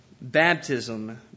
baptism